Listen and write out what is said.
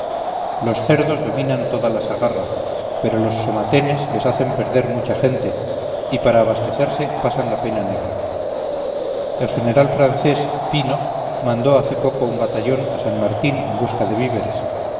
los cerdos dominan toda la sagarra pero los somatenes les hacen perder mucha gente y para abastecerse pasan la pena negra el general francés pino mandó hace poco un batallón a san martín en busca de víveres